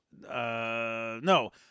no